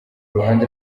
ruhande